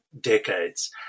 decades